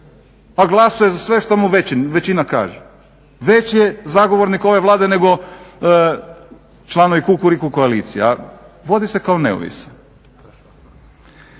a glasuje za sve što mu većina kaže. Veći je zagovornik ove Vlade nego članovi Kukuriku koalicije, a vodi se kao neovisan.